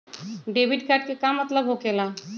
Debit card के का मतलब होकेला?